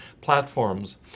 platforms